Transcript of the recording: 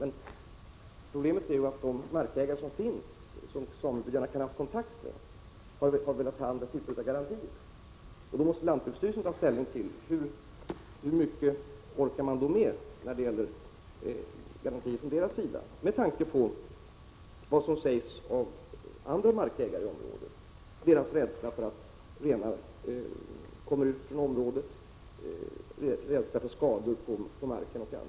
Men problemet är att de markägare som finns och som samebyarna kan ha kontakt med har velat ha garantier, och då måste lantbruksstyrelsen ta ställning till hur mycket man orkar med i den vägen med tanke på vad som sägs av andra markägare i området — jag tänker på deras rädsla för att renar skall komma ut från området, deras rädsla för skador på marken, osv.